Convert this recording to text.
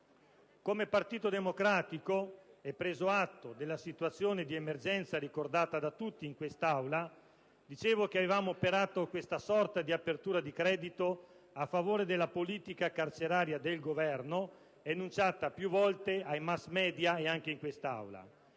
Come Partito Democratico, preso atto della situazione di emergenza ricordata da tutti in quest'Aula, avevamo operato, come dicevo, questa sorta di apertura di credito a favore della politica carceraria del Governo enunciata più volte ai *mass media,* e anche in quest'Aula.